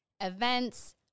events